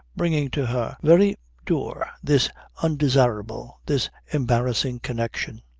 bringing to her very door this undesirable, this embarrassing connection.